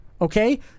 okay